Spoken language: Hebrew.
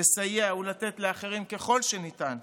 לסייע ולתת לאחרים ככל שניתן,